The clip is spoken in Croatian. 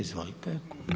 Izvolite.